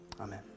Amen